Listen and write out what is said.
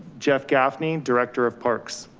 jeff gaffney, director of parks,